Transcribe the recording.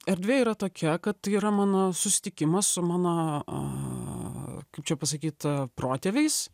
erdvė yra tokia kad tai yra mano susitikimas su mano kaip čia pasakyt protėviais